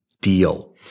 deal